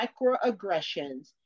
microaggressions